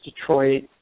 Detroit